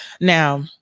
Now